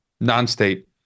non-state